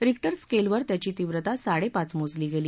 Richter स्केलवर त्यांची तीव्रता साडेपाच मोजली गेली